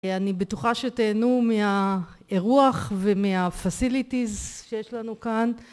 אני בטוחה שתיהנו מהאירוח ומה-facilities שיש לנו כאן.